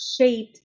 shaped